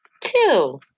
two